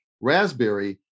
raspberry